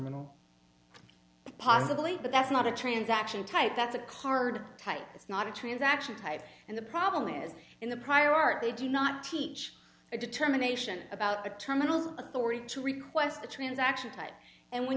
criminal possibly but that's not a transaction type that's a card type it's not a transaction type and the problem is in the prior art they do not teach a determination about the terminals authority to request the transaction type and when